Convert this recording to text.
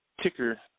ticker –